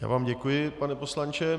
Já vám děkuji, pane poslanče.